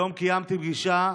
היום קיימתי פגישה,